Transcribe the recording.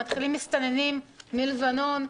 מתחילים מסתננים מלבנון,